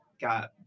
got